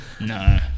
no